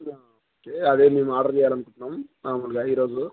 okay అదే మేము order చేయాలనుకుంటున్నాం మామూలుగా ఈరోజు